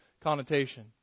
connotation